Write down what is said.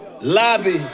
Lobby